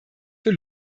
für